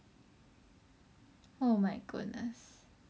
oh my goodness